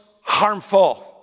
harmful